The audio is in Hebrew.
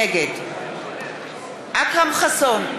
נגד אכרם חסון,